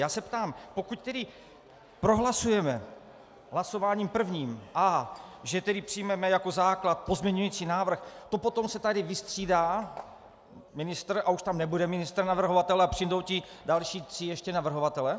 Já se ptám, pokud tedy prohlasujeme hlasováním prvním A, že tedy přijmeme jako základ pozměňující návrh, potom se tady vystřídá ministr a už tam nebude ministrnavrhovatel a přijdou ti další ještě tři navrhovatelé?